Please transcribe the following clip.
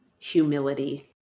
Humility